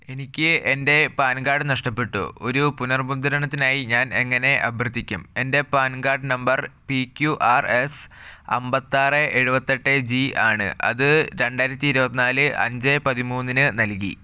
എനിക്ക് എൻ്റെ PAN card നഷ്ടപ്പെട്ടു ഒരു പുനർമുദ്ധരണത്തിനായി ഞാൻ എങ്ങനെ അഭ്യർത്ഥിക്കും എൻ്റെ PAN card number P Q R S അമ്പത്തി ആറ് എഴുപത്തി എട്ട് ജി ആണ് അത് രണ്ടായിരത്തി ഇരുപത്തി നാല് അഞ്ച് പതിമൂന്നിന് നൽകി